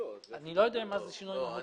אני לא יודע מה זה "שינוי מהותי".